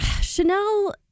Chanel